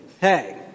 Hey